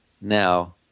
now